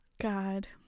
God